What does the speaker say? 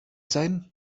sein